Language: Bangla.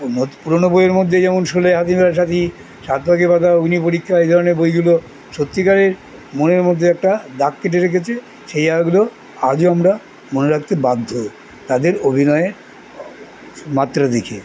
পুরোনো বইয়ের মধ্যে যেমন শোলে হাতি মেরে সাথী সাত পাকে বাঁধা অগ্নিপরীক্ষা এই ধরনের বইগুলো সত্যিকারের মনের মধ্যে একটা দাগ কেটে রেখেছে সেই জায়গাগুলো আজও আমরা মনে রাখতে বাধ্য তাদের অভিনয়ের মাত্রা দেখে